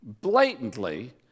blatantly